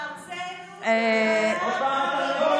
ארצנו נחלת אבותינו.